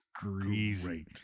greasy